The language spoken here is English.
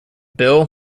bill